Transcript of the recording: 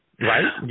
right